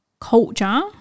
culture